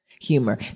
humor